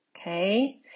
Okay